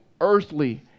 earthly